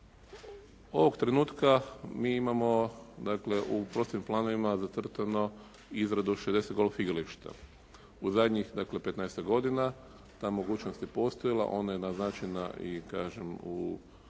Ovog trenutka mi imamo dakle u prostornim planovima zacrtano izradu 60 golf igrališta. U zadnjih dakle 15-tak godina ta mogućnost je postojala, ona je naznačena i